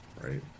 right